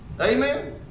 Amen